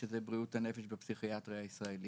אל בריאות הנפש והפסיכיאטריה הישראלית.